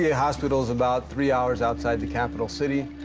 the ah hospital is about three hours outside the capital city.